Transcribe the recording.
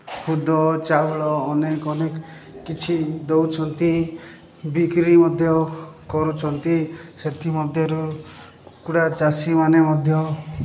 ଖୁଦ ଚାଉଳ ଅନେକ ଅନେକ କିଛି ଦଉଛନ୍ତି ବିକ୍ରି ମଧ୍ୟ କରୁଛନ୍ତି ସେଥିମଧ୍ୟରୁ କୁକୁଡ଼ା ଚାଷୀମାନେ ମଧ୍ୟ